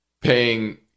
paying